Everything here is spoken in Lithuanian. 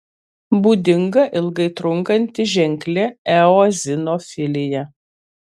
būdinga ilgai trunkanti ženkli eozinofilija